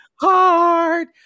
Hard